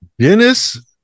Dennis